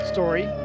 Story